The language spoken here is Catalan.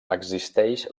existeix